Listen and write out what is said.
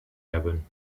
hebben